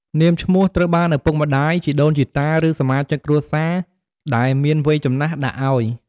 នាមឈ្មោះត្រូវបានឪពុកម្តាយ ជីដូនជីតា ឬ សមាជិកគ្រួសារដែលមានវ័យចំណាស់ដាក់ឲ្យ។